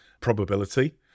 probability